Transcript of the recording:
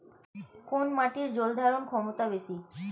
কোন মাটির জল ধারণ ক্ষমতা বেশি?